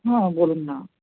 না বলুন না